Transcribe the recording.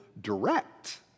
direct